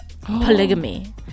polygamy